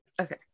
Okay